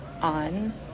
on